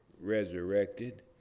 resurrected